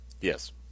Yes